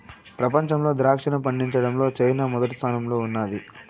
ప్రపంచంలో ద్రాక్షను పండించడంలో చైనా మొదటి స్థానంలో ఉన్నాది